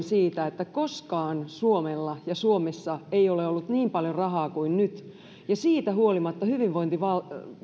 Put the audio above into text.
siitä että koskaan suomella ja suomessa ei ole ollut niin paljon rahaa kuin nyt ja siitä huolimatta